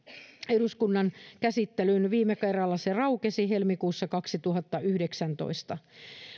eduskunnan käsittelyyn viime kerralla se raukesi helmikuussa kaksituhattayhdeksäntoista